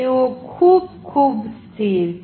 તેઓ ખૂબ ખૂબ સ્થિર છે